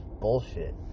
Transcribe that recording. bullshit